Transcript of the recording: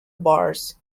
bars